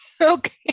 Okay